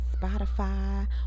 Spotify